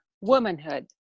womanhood